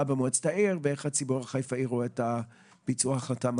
במועצת העיר ואיך הציבור החיפאי רואה את ביצוע ההחלטה?